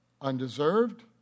undeserved